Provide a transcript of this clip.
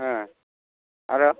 ओ आरो